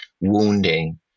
wounding